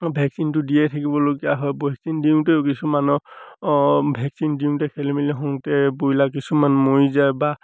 ভেকচিনটো দিয়ে থাকিবলগীয়া হয় ভেকচিন দিওঁতেও কিছুমানৰ ভেকচিন দিওঁতে খেলিমেলি হওঁতে ব্ৰইলাৰ কিছুমান মৰি যায় বা